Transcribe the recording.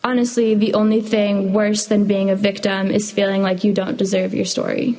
honestly the only thing worse than being a victim is feeling like you don't deserve your story